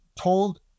told